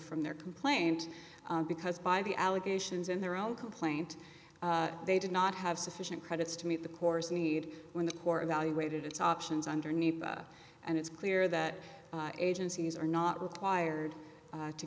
from their complaint because by the allegations in their own complaint they did not have sufficient credits to meet the course need when the corps evaluated its options underneath and it's clear that agencies are not required to